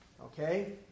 okay